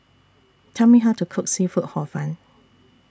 Tell Me How to Cook Seafood Hor Fun